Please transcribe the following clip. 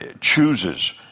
chooses